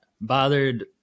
bothered